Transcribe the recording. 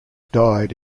died